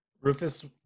Rufus